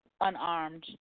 unarmed